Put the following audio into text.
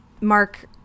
mark